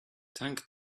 tank